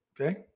okay